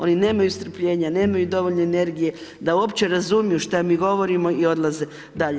Oni nemaju strpljenja, nemaju dovoljno energije da uopće razumiju šta mi govorimo i odlaze dalje.